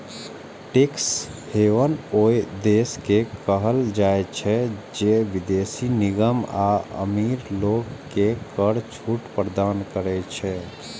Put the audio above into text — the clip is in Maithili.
टैक्स हेवन ओइ देश के कहल जाइ छै, जे विदेशी निगम आ अमीर लोग कें कर छूट प्रदान करै छै